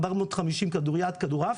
450 כדוריד/כדורעף,